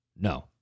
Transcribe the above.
No